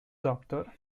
doctor